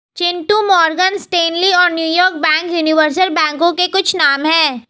Chintu Morgan Stanley और New York bank universal बैंकों के कुछ नाम है